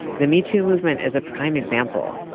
the metoo movement is a prime example,